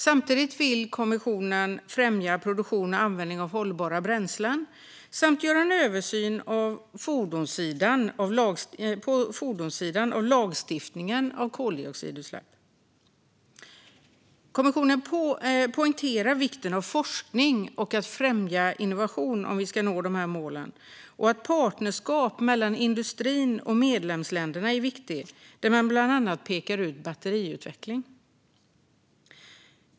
Samtidigt vill kommissionen främja produktion och användning av hållbara bränslen samt göra en översyn på fordonssidan av lagstiftningen om koldioxidutsläpp. Kommissionen poängterar vikten av forskning och att främja innovation, om vi ska nå målen, och att partnerskap mellan industrin och medlemsländerna är viktigt, där man bland annat pekar ut batteriutveckling.